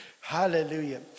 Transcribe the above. Hallelujah